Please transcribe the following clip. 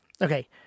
Okay